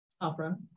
Opera